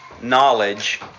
knowledge